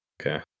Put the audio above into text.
Okay